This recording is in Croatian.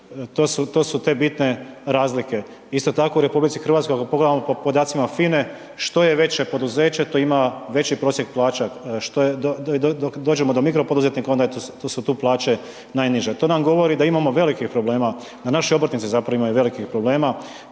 to su te bitne razlike. Isto tako u RH, ako pogledamo po podacima FINE što je veće poduzeće to ima veći prosjek plaća, što je, dok dođemo do mikro poduzetnika onda su tu plaće najniže. To nam govori da imamo velikih problema, da naši obrtnici zapravo imaju velikih problema